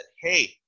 Hey